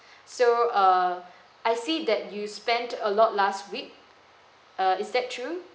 so uh I see that you spent a lot last week uh is that true